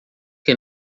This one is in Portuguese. que